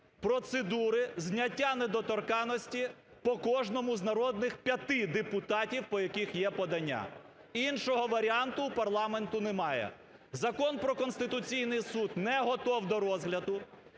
процедури зняття недоторканності по кожному з народних п'яти депутатів по яких є подання, іншого варіанту в парламенту немає. Закон про Конституційний Суд не готов до розгляду,